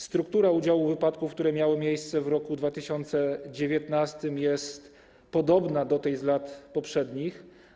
Struktura udziału wypadków, które miały miejsce w roku 2019, jest podobna do tej z lat poprzednich.